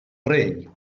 rei